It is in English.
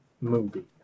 movie